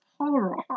horror